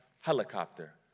helicopter